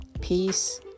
peace